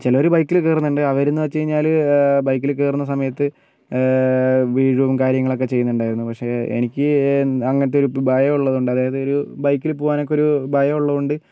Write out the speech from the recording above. ചിലർ ബൈക്കിൽ കയറുന്നുണ്ട് അവർ എന്ന് വെച്ച് കഴിഞ്ഞാൽ ബൈക്കിൽ കയറുന്ന സമയത്ത് വീഴും കാര്യങ്ങൾ ഒക്കെ ചെയ്യുന്നുണ്ടായിരുന്നു പക്ഷേ എനിക്ക് അങ്ങനത്തെ ഒരു ഭയം ഉള്ളത് കൊണ്ട് അതായത് ഒരു ബൈക്കിൽ പോകാൻ ഒക്കെ ഒരു ഭയം ഉള്ളത് കൊണ്ട്